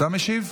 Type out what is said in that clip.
משיב?